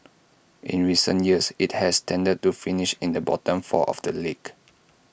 in recent years IT has tended to finish in the bottom four of the league